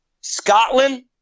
Scotland